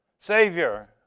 Savior